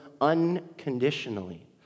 unconditionally